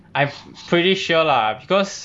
I'm pretty sure lah because